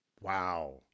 wow